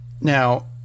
Now